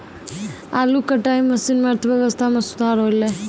आलू कटाई मसीन सें अर्थव्यवस्था म सुधार हौलय